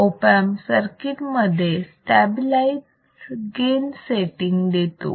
op amp circuit मध्ये stabilize gain setting देतो